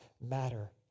matter